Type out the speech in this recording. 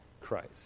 Christ